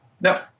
No